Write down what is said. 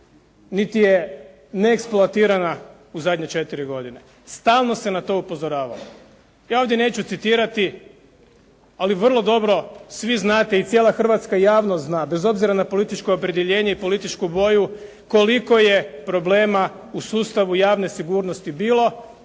niti je neeksploatirana u zadnje četiri godine. Stalno se na to upozoravalo. Ja ovdje neću citirati ali vrlo dobro svi znate i cijela hrvatska javnost zna, bez obzira na političko opredjeljenje i političku volju koliko je problema u sustavu javne sigurnosti bilo,